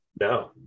No